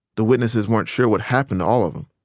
the witnesses weren't sure what happened to all of them.